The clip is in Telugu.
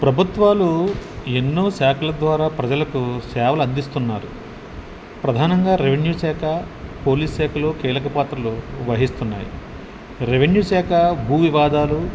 ప్రభుత్వాలు ఎన్నో శాఖల ద్వారా ప్రజలకు సేవలు అందిస్తున్నారు ప్రధానంగా రెవెన్యూ శాఖ పోలీస్ శాఖలు కీలక పాత్రలు వహిస్తున్నాయి రెవెన్యూ శాఖ భూవివాదాలు